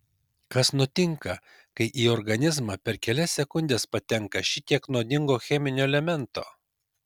kas nutinka kai į organizmą per kelias sekundes patenka šitiek nuodingo cheminio elemento